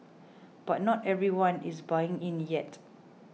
but not everyone is buying in yet